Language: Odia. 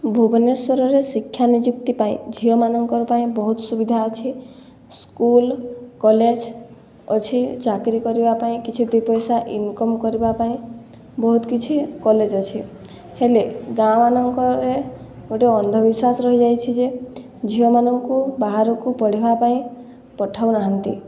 ଭୁବନେଶ୍ୱରରେ ଶିକ୍ଷା ନିଯୁକ୍ତି ପାଇଁ ଝିଅମାନଙ୍କର ପାଇଁ ବହୁତ ସୁବିଧା ଅଛି ସ୍କୁଲ କଲେଜ ଅଛି ଚାକିରି କରିବା ପାଇଁ କିଛି ଦୁଇପଇସା ଇନକମ୍ କରିବା ପାଇଁ ବହୁତ କିଛି କଲେଜ ଅଛି ହେଲେ ଗାଁ ମାନଙ୍କରେ ଗୋଟେ ଅନ୍ଧବିଶ୍ୱାସ ରହିଯାଇଛି ଯେ ଝିଅମାନଙ୍କୁ ବାହାରକୁ ପଢ଼ିବା ପାଇଁ ପଠାଉ ନାହାଁନ୍ତି